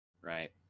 right